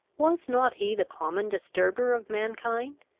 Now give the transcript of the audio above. was not he the common disturber of mankind?